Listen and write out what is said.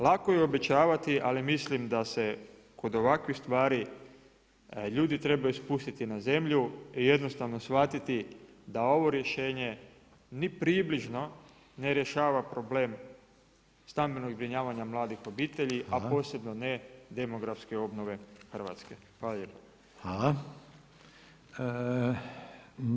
Lako je obećavati, ali mislim da se kod ovakvih stvari ljudi trebaju spustiti na zemlju i jednostavno shvatiti da ovo rješenje ni približno ne rješava problem stambenog zbrinjavanja mladih obitelji, a posebno ne demografske obnove Hrvatske.